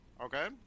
Okay